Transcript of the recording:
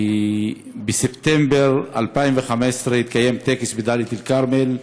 כי בספטמבר 2015 התקיים טקס בדאלית-אלכרמל,